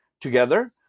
together